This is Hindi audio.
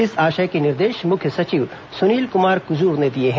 इस आशय के निर्देश मुख्य सचिव सुनील कुमार कुजूर ने दिए हैं